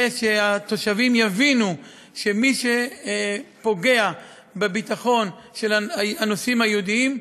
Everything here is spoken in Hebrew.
שהתושבים יבינו שמי שפוגע בביטחון של הנוסעים היהודים,